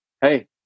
Hey